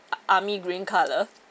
army green colour